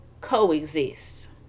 coexist